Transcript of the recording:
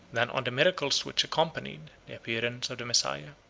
than on the miracles which accompanied, the appearance of the messiah.